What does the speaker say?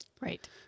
Right